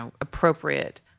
appropriate